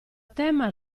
tema